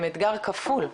הם אתגר כפול,